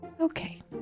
Okay